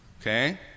okay